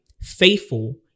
faithful